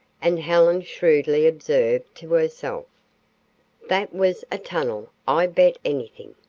and helen shrewdly observed to herself that was a tunnel, i bet anything.